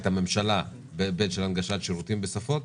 את הממשלה בהיבט של הנגשת שירותים בשפות?